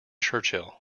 churchill